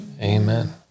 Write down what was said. Amen